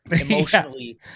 emotionally